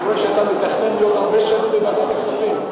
אני רואה שאתה מתכנן להיות הרבה שנים בוועדת הכספים.